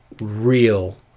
real